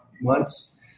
months